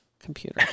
computer